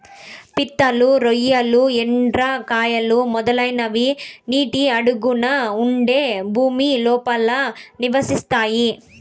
పీతలు, రొయ్యలు, ఎండ్రకాయలు, మొదలైనవి నీటి అడుగున ఉండే భూమి లోపల నివసిస్తాయి